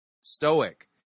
stoic